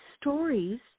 stories